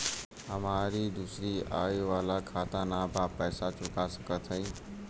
हमारी दूसरी आई वाला खाता ना बा पैसा चुका सकत हई?